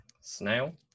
Snail